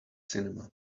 cinema